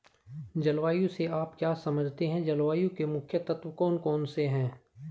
जलवायु से आप क्या समझते हैं जलवायु के मुख्य तत्व कौन कौन से हैं?